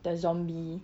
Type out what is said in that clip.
the zombie